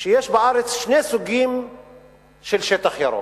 שיש בארץ שני סוגים של שטח ירוק,